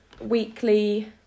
weekly